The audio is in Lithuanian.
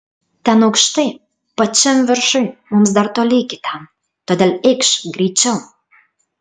ten aukštai pačiam viršuj mums dar toli iki ten todėl eikš greičiau